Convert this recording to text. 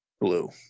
blue